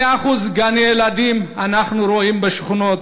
100% בגני-ילדים אנחנו רואים בשכונות.